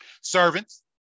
Servants